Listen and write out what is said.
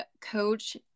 coach